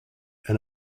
and